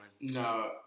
No